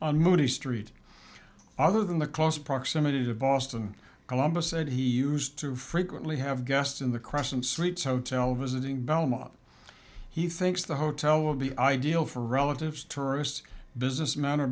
waltham mooney street other than the close proximity of boston columbus and he used to frequently have guests in the crescent streets hotel visiting belmont he thinks the hotel will be ideal for relatives tourists business men or